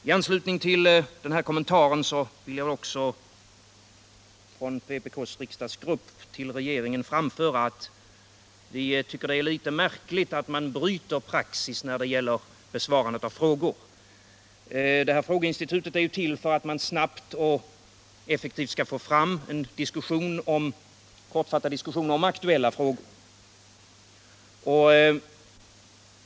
I anslutning till den här kommentaren vill jag också från vpk:s riksdagsgrupp till regeringen framföra att vi tycker det är litet märkligt att man bryter mot praxis när det gäller besvarande av frågor. Frågeinstitutet är ju till för att man snabbt och effektivt skall få en kortfattad diskussion om aktuella frågor.